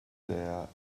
there